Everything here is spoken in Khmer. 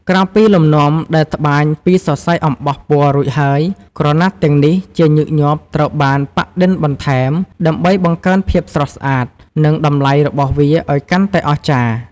ក្រៅពីលំនាំដែលត្បាញពីសរសៃអំបោះពណ៌រួចហើយ ក្រណាត់ទាំងនេះជាញឹកញាប់ត្រូវបាន ប៉ាក់-ឌិនបន្ថែម ដើម្បីបង្កើនភាពស្រស់ស្អាត និងតម្លៃរបស់វាឱ្យកាន់តែអស្ចារ្យ។